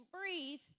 breathe